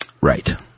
Right